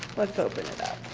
let's open